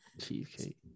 cheesecake